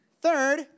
Third